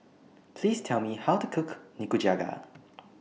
Please Tell Me How to Cook Nikujaga